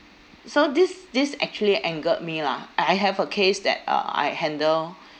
so this this actually angered me lah uh I have a case that uh I handle